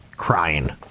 Crying